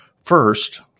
First